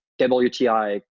WTI